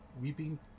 weeping